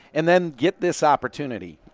and then get this opportunity.